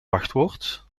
wachtwoord